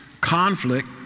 conflict